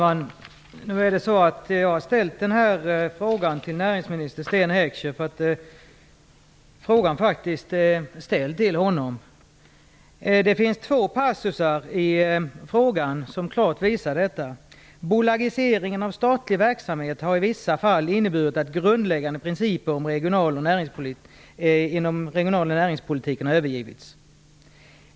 Fru talman! Jag har ställt den här frågan till näringsminister Sten Heckscher. Det finns två passusar i frågan som klart visar detta. Det står att bolagiseringen av statlig verksamhet i vissa fall har inneburit att grundläggande principer inom regional och näringspolitiken har övergivits.